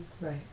Right